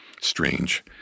strange